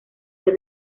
ser